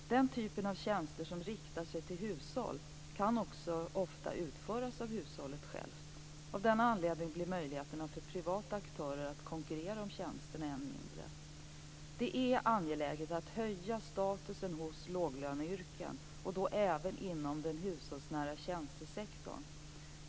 Den typen av tjänster som riktar sig till hushåll kan ofta också utföras av hushållet självt. Av denna anledning blir möjligheterna för privata aktörer att konkurrera om tjänsterna än mindre. Det är angeläget att höja statusen hos låglöneyrken och då även inom den hushållsnära tjänstesektorn.